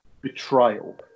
betrayal